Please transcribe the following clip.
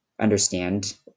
understand